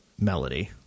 melody